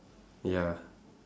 ya